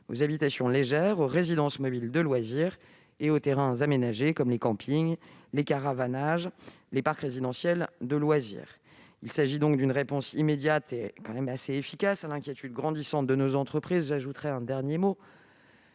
aux habitations légères, aux résidences mobiles de loisirs et aux terrains aménagés comme les campings, les caravanages, les parcs résidentiels de loisirs. Il s'agit donc d'une réponse immédiate, et tout de même relativement efficace, à l'inquiétude grandissante de nos entreprises. Un dernier mot